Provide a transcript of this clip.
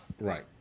Right